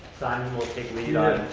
simon will take lead on